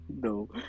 No